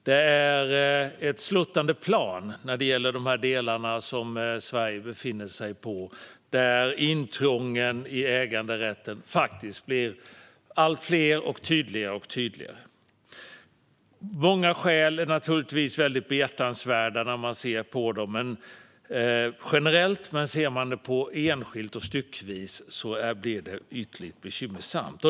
Sverige befinner sig på ett sluttande plan där intrången i äganderätten faktiskt blir allt fler och tydligare. Många skäl är naturligtvis behjärtansvärda när man ser på dem generellt, men ser man på dem enskilt och styckevis är det ytterligt bekymmersamt.